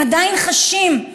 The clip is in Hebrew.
הם עדיין חשים.